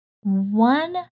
one